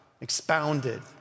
expounded